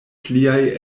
pliaj